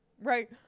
Right